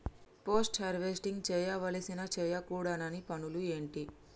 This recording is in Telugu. పోస్ట్ హార్వెస్టింగ్ చేయవలసిన చేయకూడని పనులు ఏంటి?